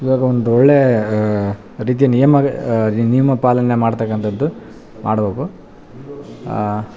ಇವಾಗ ಒಂದು ಒಳ್ಳೇ ರೀತಿಯ ನಿಯಮ ನಿಯಮಪಾಲನೆ ಮಾಡ್ತಕಂಥದ್ದು ಮಾಡ್ಬೇಕು